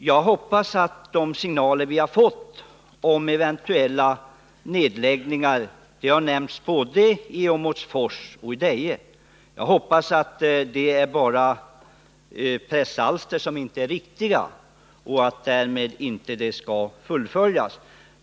Jag hoppas att de signaler vi har fått om eventuella nedläggningar — både Åmotfors och Deje har nämnts — bara är pressalster som inte är riktiga och att nedläggningsplanerna därmed inte skall fullföljas.